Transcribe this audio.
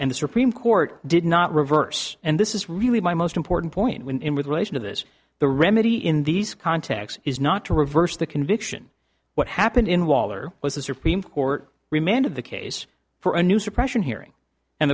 and the supreme court did not reverse and this is really my most important point when immigration of this the remedy in these contacts is not to reverse the conviction what happened in waller was the supreme court remanded the case for a new suppression hearing and